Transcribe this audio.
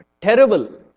terrible